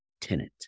tenant